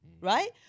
right